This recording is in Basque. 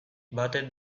batek